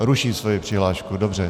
Ruší svoji přihlášku, dobře.